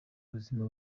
ubuzima